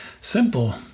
Simple